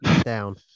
Down